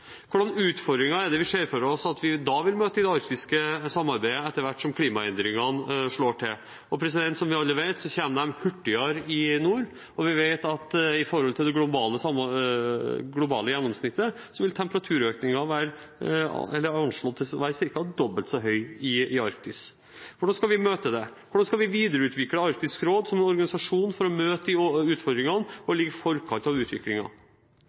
vi for oss at vi da vil møte i det arktiske samarbeidet etter hvert som klimaendringene slår inn? Som vi alle vet, kommer de hurtigere i nord. Vi vet at i forhold til det globale gjennomsnittet er temperaturøkningen anslått til å være ca. dobbelt så høy i Arktis. Hvordan skal vi møte det? Hvordan skal vi videreutvikle Arktisk råd som en organisasjon for å møte utfordringene og ligge i forkant av